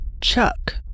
Chuck